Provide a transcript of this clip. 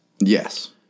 Yes